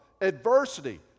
adversity